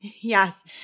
Yes